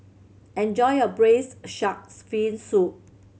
enjoy your braised sharks fin soup